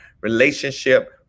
relationship